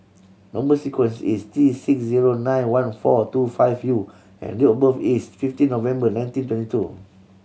number sequence is T six zero nine one four two five U and date of birth is fifteen November nineteen twenty two